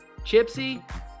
Chipsy